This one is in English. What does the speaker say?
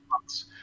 months